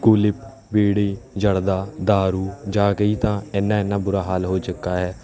ਕੁਲੀਪ ਬੀੜੀ ਜਰਦਾ ਦਾਰੂ ਜਾਂ ਕਈ ਤਾਂ ਇੰਨਾਂ ਇੰਨਾਂ ਬੁਰਾ ਹਾਲ ਹੋ ਚੁੱਕਾ ਹੈ